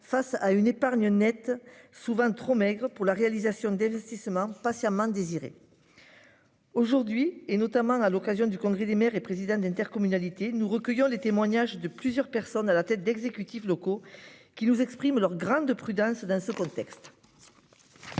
face à une épargne nette souvent trop maigre pour la réalisation des lotissements patiemment. Aujourd'hui, et notamment à l'occasion du congrès des maires et présidents d'intercommunalité nous recueillir les témoignages de plusieurs personnes à la tête d'exécutifs locaux qui nous expriment leur grande prudence dans ce contexte.--